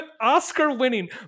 Oscar-winning